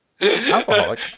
alcoholic